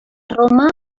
roma